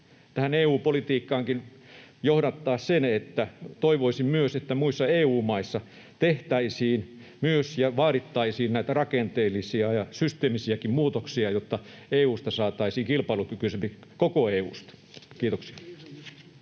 tähän EU-politiikkaankin johdattaa, sen, että toivoisin, että myös muissa EU-maissa tehtäisiin ja vaadittaisiin näitä rakenteellisia ja systeemisiäkin muutoksia, jotta EU:sta saataisiin kilpailukykyisempi, koko EU:sta. — Kiitoksia.